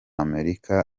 amerika